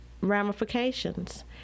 ramifications